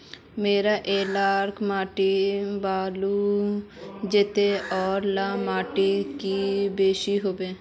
मोर एलाकार माटी बालू जतेर ओ ला माटित की बेसी हबे?